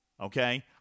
okay